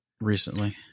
recently